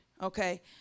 okay